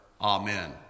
Amen